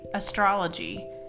astrology